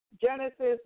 Genesis